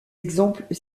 exemples